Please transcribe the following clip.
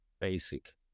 basic